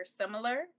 similar